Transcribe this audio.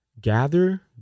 gather